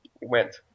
went